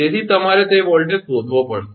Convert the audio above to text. તેથી તમારે તે વોલ્ટેજ શોધવો પડશે